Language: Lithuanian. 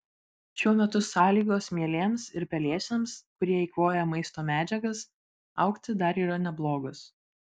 šiuo metu sąlygos mielėms ir pelėsiams kurie eikvoja maisto medžiagas augti dar yra neblogos